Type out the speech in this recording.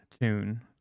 tune